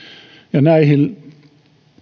ja näihin